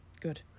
Good